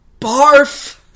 Barf